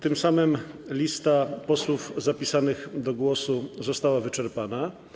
Tym samym lista posłów zapisanych do głosu została wyczerpana.